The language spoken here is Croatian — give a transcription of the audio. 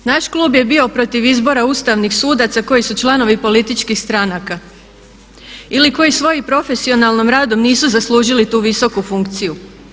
Naš klub je bio protiv izbora ustavnih sudaca koji su članovi političkih stranaka ili koji svojim profesionalnim radom nisu zaslužili tu visoku funkciju.